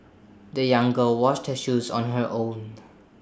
the young girl washed her shoes on her own